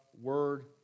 word